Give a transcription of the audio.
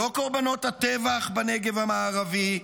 לא קורבנות הטבח בנגב המערבי,